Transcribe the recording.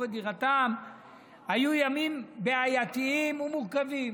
את דירתם היו ימים בעייתיים ומורכבים,